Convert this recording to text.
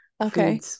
Okay